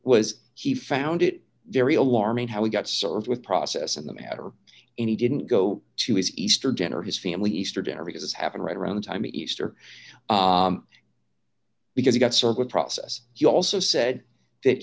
was he found it very alarming how he got served with process in the matter any didn't go to his easter dinner his family easter dinner because this happened right around the time easter because he got served with process he also said that